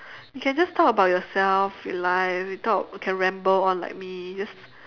you can just talk about yourself your life you talk can ramble on like me just